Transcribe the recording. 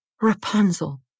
Rapunzel